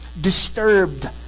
disturbed